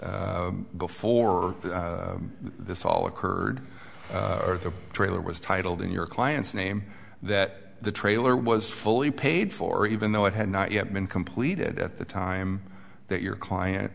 and before this all occurred the trailer was titled in your client's name that the trailer was fully paid for even though it had not yet been completed at the time that your client